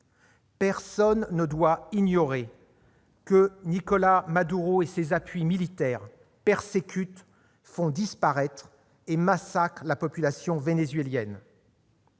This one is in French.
Personne ne doit ignorer que Nicolás Maduro et ses appuis militaires persécutent, font disparaître et massacrent la population vénézuélienne.